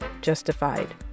justified